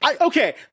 Okay